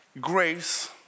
grace